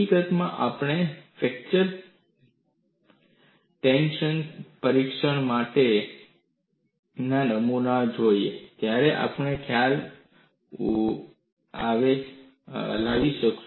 હકીકતમાં જ્યારે આપણે ફ્રેક્ચર ટફ્નેશ પરીક્ષણ માટેના નમૂનાને જોઈએ ત્યારે આપણે આ ખ્યાલ ઉધાર લઈશું